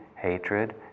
hatred